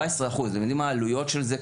אתם יודעים מה העלויות של זה?